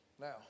Now